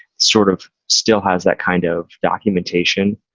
sort of still has that kind of documentation.